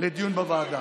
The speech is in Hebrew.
לדיון בוועדה.